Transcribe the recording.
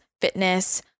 fitness